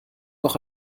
noch